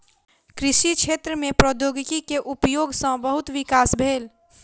कृषि क्षेत्र में प्रौद्योगिकी के उपयोग सॅ बहुत विकास भेल